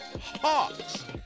hawks